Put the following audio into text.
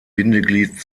bindeglied